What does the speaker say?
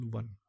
one